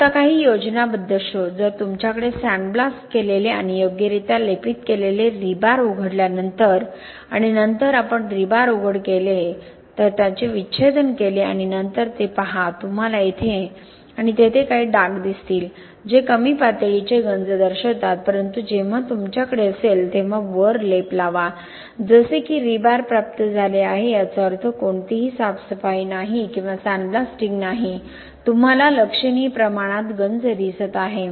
आता काही योजनाबद्ध शो जर तुमच्याकडे सँडब्लास्ट केलेले आणि योग्यरित्या लेपित केलेले रीबार उघडल्यानंतर आणि नंतर आपण रीबार उघड केले आणि नंतर त्यांचे विच्छेदन केले आणि नंतर ते पहा तुम्हाला येथे आणि तेथे काही डाग दिसतील जे कमी पातळीचे गंज दर्शवतात परंतु जेव्हा तुमच्याकडे असेल तेव्हा वर लेप लावा जसे की रीबार प्राप्त झाले आहे याचा अर्थ कोणतीही साफसफाई नाही किंवा सँडब्लास्टिंग नाही तुम्हाला लक्षणीय प्रमाणात गंज दिसत आहे